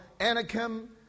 Anakim